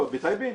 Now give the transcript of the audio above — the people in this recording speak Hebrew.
בטייבה?